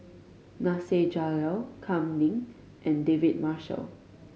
Nasir Jalil Kam Ning and David Marshall